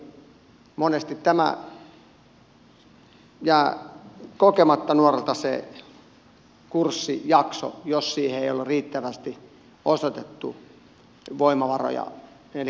monesti jää kokematta nuorilta se kurssijakso jos siihen ei ole riittävästi osoitettu voimavaroja elikkä varoja